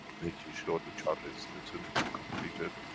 making sure, the charta is written, and completed.